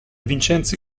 vincenzi